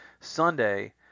Sunday